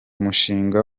mushinga